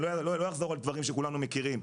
אני לא אחזור על דברים שכולנו מכירים.